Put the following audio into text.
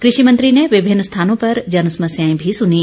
कृषि मंत्री ने विभिन्न स्थानों पर जन समस्याएं भी सुनीं